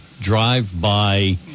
drive-by